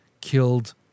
killed